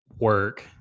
work